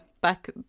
back